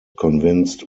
convinced